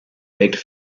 begged